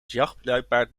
jachtluipaard